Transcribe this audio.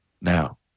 Now